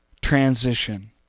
transition